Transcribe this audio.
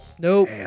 Nope